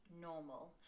normal